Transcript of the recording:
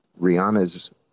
Rihanna's